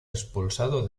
expulsado